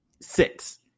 six